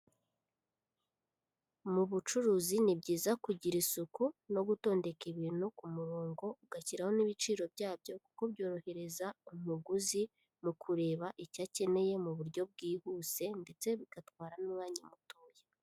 Mu bucuruzi ni byiza kugira isuku no gutondeka ibintu ku murongo ugashyiraho n'ibiciro byabyo, kuko byorohereza umuguzi mu kureba icyo akeneye mu buryo bwihuse ndetse bigatwara n'umwanya mutoya.